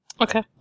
Okay